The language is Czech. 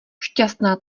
šťastná